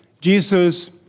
Jesus